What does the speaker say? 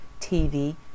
TV